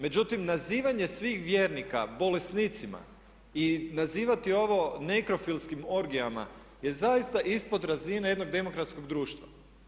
Međutim, nazivanje svih vjernika bolesnicima i nazivati ovo nekrofilski orgijama je zaista ispod razine jednog demokratskog društva.